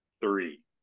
Three